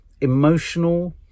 emotional